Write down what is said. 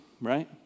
right